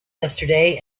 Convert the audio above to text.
yesterday